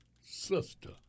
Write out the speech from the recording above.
sister